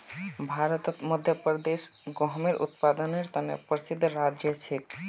भारतत मध्य प्रदेश गेहूंर उत्पादनेर त न प्रसिद्ध राज्य छिके